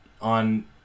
on